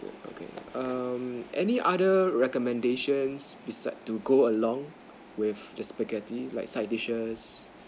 okay um any other recommendations besides to go along with the spaghetti like side dishes